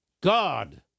God